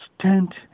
stand